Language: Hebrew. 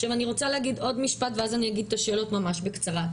עכשיו אני רוצה להגיד עוד משפט ואז אני אגיד את השאלות ממש בקצרה.